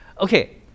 Okay